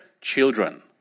children